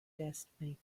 destiny